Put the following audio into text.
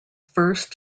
first